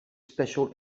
special